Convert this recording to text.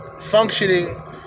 functioning